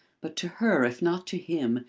but to her, if not to him,